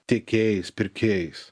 tiekėjais pirkėjais